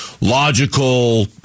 logical